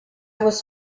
was